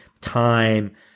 time